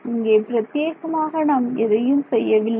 இங்கே பிரத்யேகமாக நாம் எதையும் செய்யவில்லை